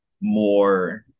more